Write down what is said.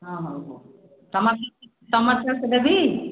ହଁ ହଉ ହଉ ହଉ ଟମାଟୋ ସସ୍ ଦେବି